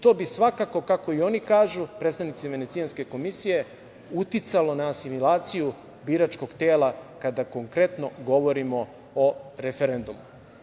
To bi svakako, kako i oni kažu, predstavnici Venecijanske komisije, uticalo na asimilaciju biračkog tela kada konkretno govorimo o referendumu.